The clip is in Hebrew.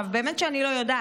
עכשיו, באמת שאני לא יודעת,